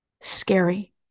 Scary